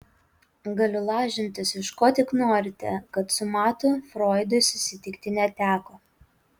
galiu lažintis iš ko tik norite kad su matu froidui susitikti neteko